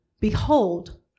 behold